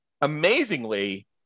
amazingly